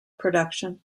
production